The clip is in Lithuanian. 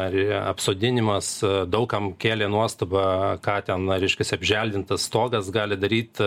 ar apsodinimas daug kam kėlė nuostabą ką ten reiškias apželdintas stogas gali daryt